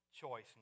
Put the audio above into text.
choice